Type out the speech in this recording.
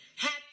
Happy